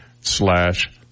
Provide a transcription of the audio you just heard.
slash